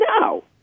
no